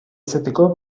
izateko